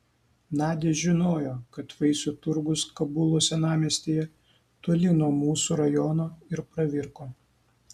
nadia žinojo kad vaisių turgus kabulo senamiestyje toli nuo mūsų rajono ir pravirko